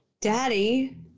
Daddy